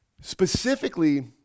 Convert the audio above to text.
Specifically